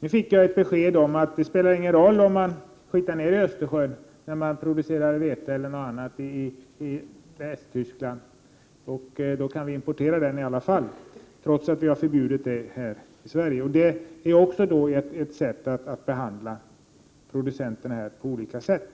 Vi fick nu besked av jordbruksministern om att det inte spelar någon roll om man smutsar ner Östersjön när man producerar vete eller annat i Västtyskland. Vi kan importera det i alla fall, trots att vi har förbjudit produktionsmetoden i Sverige. Det är också ett sätt att behandla producenterna på olika sätt.